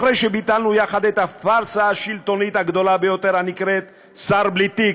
אחרי שביטלנו יחד את הפארסה השלטונית הגדולה ביותר הנקראת שר בלי תיק,